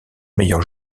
meilleur